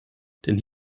denn